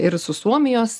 ir su suomijos